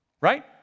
right